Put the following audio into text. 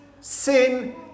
sin